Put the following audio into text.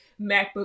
MacBook